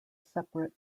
separate